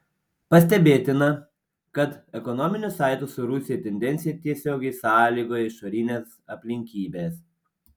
pastebėtina kad ekonominių saitų su rusija tendencija tiesiogiai sąlygoja išorinės aplinkybės